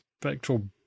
spectral